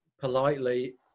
politely